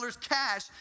cash